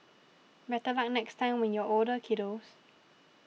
better luck next time when you're older kiddos